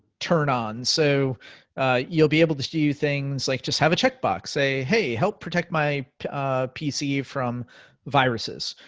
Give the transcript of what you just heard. turn on so you'll be able to do things like just have a check box, say hey, help protect my pc from viruses.